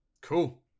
Cool